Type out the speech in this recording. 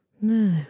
No